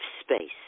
space